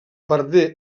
perdé